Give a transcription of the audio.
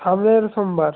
সামনের সোমবার